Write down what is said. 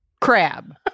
Crab